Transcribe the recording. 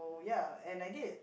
oh ya and I did